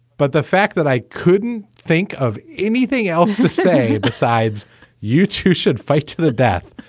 but the fact that i couldn't think of anything else to say besides you two should fight to the death.